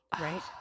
right